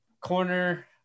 corner